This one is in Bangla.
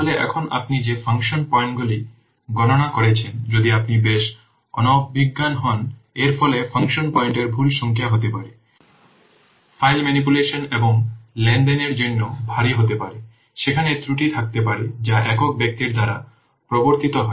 তাহলে এখন আপনি যে ফাংশন পয়েন্টগুলি গণনা করেছেন যদি আপনি বেশ অনভিজ্ঞ হন এর ফলে ফাংশন পয়েন্টের ভুল সংখ্যা হতে পারে ফাইল ম্যানিপুলেশন এবং লেনদেনের জন্য ভারী হতে পারে সেখানে ত্রুটি থাকতে পারে যা একক ব্যক্তি দ্বারা প্রবর্তিত হয়